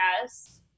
Yes